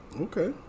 Okay